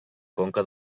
conca